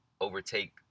overtake